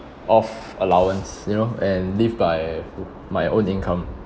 off allowance you know and live by my own income